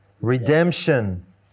redemption